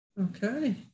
Okay